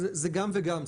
זה גם וגם.